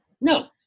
No